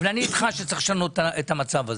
אבל אני אתך, שצריך לשנות את המצב הזה.